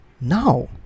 now